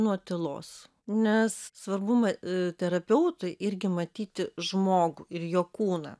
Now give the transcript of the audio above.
nuo tylos nes svarbu ma terapeutui irgi matyti žmogų ir jo kūną